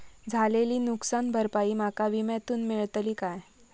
झालेली नुकसान भरपाई माका विम्यातून मेळतली काय?